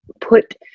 put